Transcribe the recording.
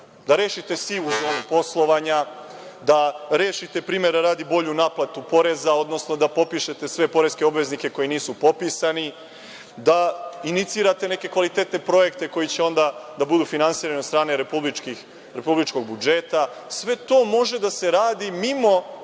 Da rešite sivu zonu poslovanja, da rešite, primera radi, bolju naplatu poreza, odnosno da popišete sve poreske obveznike koji nisu popisani, da inicirate neke kvalitetne projekte koji će onda da budu finansirani od strane republičkog budžeta. Sve to može da se radi mimo